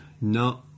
No